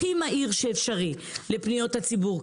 הכי מהר שאפשר לפניות הציבור,